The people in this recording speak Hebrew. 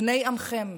בני עמכם,